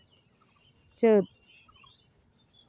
ᱪᱟᱹᱛ